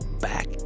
Back